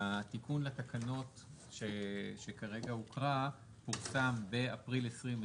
התיקון לתקנות שכרגע הוקרא, פורסם באפריל 2020